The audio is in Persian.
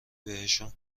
بهشون